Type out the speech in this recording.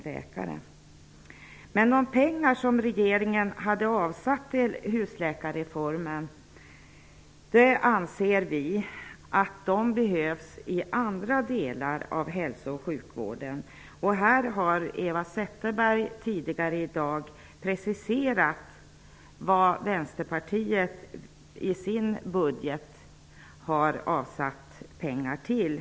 Vi anser att de pengar som regeringen hade avsatt till husläkarreformen behövs i andra delar av hälsooch sjukvården. Eva Zetterberg har tidigare i dag preciserat vad Vänsterpartiet har avsatt pengar till i sitt budgetförslag.